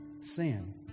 sin